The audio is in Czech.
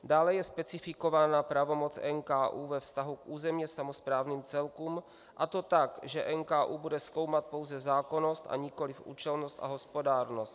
Dále je specifikována pravomoc NKÚ ve vztahu k územně samosprávným celkům, a to tak, že NKÚ bude zkoumat pouze zákonnost, a nikoliv účelnost a hospodárnost.